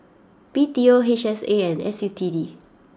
B T O H S A and S U T D